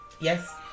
Yes